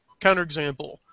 counterexample